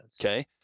okay